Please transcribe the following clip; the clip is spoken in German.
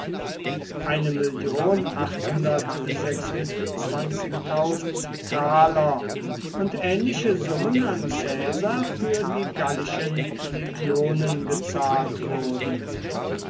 mill sesterzen und ähnliche summen an caesar für die gallischen legionen gezahlt wurden